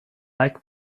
like